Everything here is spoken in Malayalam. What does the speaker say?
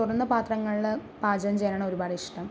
തുറന്ന പാത്രങ്ങളിൽ പാചകം ചെയ്യാനാണ് ഒരുപാടിഷ്ടം